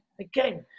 again